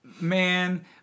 Man